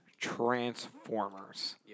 Transformers